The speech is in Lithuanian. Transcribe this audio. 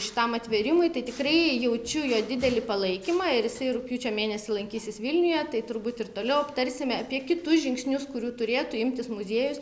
šitam atvėrimui tai tikrai jaučiu jo didelį palaikymą ir jisai rugpjūčio mėnesį lankysis vilniuje tai turbūt ir toliau aptarsime apie kitus žingsnius kurių turėtų imtis muziejus